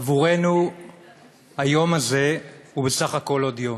עבורנו היום הזה הוא בסך הכול עוד יום,